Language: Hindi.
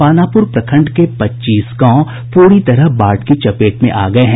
पानापुर प्रखंड के पच्चीस गांव पूरी तरह बाढ़ की चपेट में है